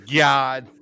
god